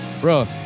Bro